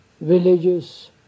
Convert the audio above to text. villages